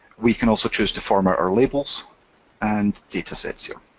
we can also choose to format our labels and datasets here.